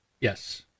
Yes